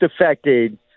affected